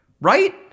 right